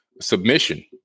submission